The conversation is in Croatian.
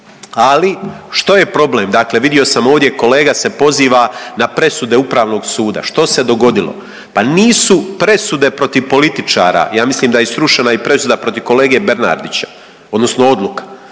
Ali što je problem? Dakle, vidio sam ovdje kolega se poziva na presude Upravnog suda što se dogodilo? Pa nisu presude protiv političara, ja mislim da je i srušena presuda protiv kolege Bernardića odnosno odluka,